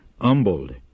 humbled